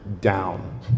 down